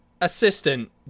assistant